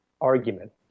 argument